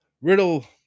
Riddle